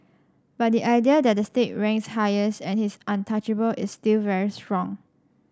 but the idea that the state ranks highest and his untouchable is still very strong